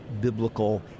biblical